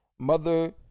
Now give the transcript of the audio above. Mother